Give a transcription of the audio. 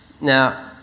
Now